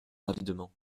rapidement